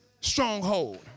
stronghold